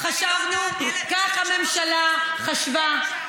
חברת הכנסת נחמיאס ורבין, השרה משיבה לך.